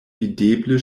videble